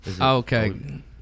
Okay